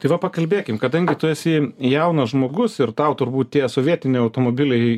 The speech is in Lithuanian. tai va pakalbėkim kadangi tu esi jaunas žmogus ir tau turbūt tie sovietiniai automobiliai